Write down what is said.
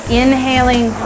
inhaling